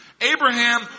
Abraham